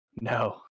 No